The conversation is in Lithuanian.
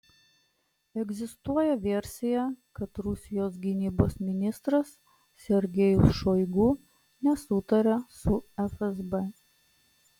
egzistuoja versija kad rusijos gynybos ministras sergejus šoigu nesutaria su fsb